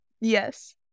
yes